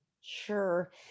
Sure